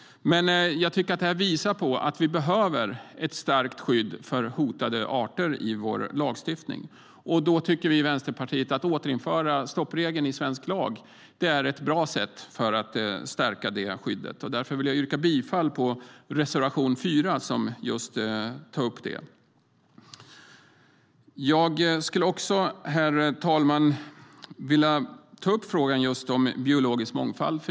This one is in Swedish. Men det visar att vi behöver ett starkt skydd för hotade arter i vår lagstiftning. Och Vänsterpartiet tycker att ett bra sätt att stärka det skyddet är att återinföra stoppregeln. Därför vill jag yrka bifall till reservation 4 där just det tas upp. Herr talman! Jag vill också ta upp frågan om biologisk mångfald.